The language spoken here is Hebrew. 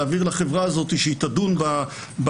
להעביר לחברה הזאת שהיא תדון במכרז